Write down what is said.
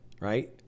right